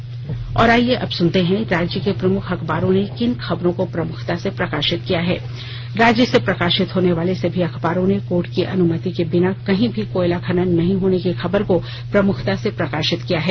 अब अखबारों की सुर्खियां और आईये अब सुनते हैं राज्य के प्रमुख अखबारों ने किन खबरों को प्रमुखता से प्रकाशित किया है राज्य से प्रकाशित होने वाले सभी अखबारों ने कोर्ट की अनुमति के बिना कही भी कोयला खनन नहीं होने की खबर को प्रमुखता से प्रकाशित किया है